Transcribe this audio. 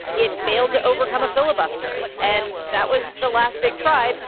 it failed to overcome a filibuster. and that was the last big try,